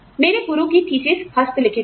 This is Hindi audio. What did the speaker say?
मेरे गुरु की थीसिस हस्तलिखित थी